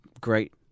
great